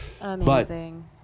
Amazing